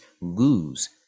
lose